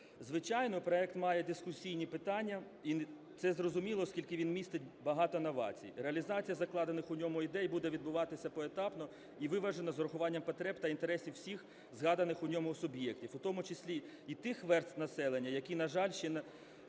Звичайно, проект має дискусійні питання, і це зрозуміло, оскільки він містить багато новацій. Реалізація закладених у ньому ідей буде відбуватися поетапно і виважено з урахуванням потреб та інтересів всіх згаданих у ньому суб'єктів, у тому числі і тих верств населення, які, на жаль, ще на